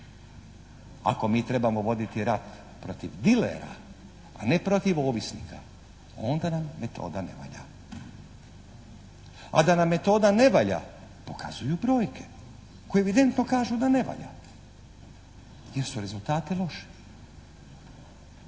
ako mi trebamo voditi rat protiv dilera, a ne protiv ovisnika onda nam metoda ne valja. A da nam metoda ne valja pokazuju brojke koje evidentno kažu da ne valja jer su rezultati loši.